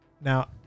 Now